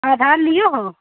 आधार लिए हो